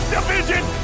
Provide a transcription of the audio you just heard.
Division